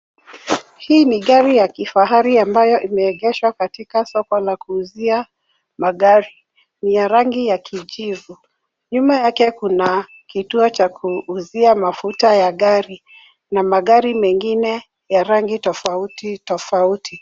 Hii ni gari ya kifahari ambayo imeegeshwa katika soko la kuuzia magari; ni ya rangi ya kijivu. Nyuma yake kuna kituo cha kuuzia mafuta ya gari, na magari mengine ya rangi tofauti, tofauti.